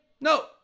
no